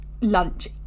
lunch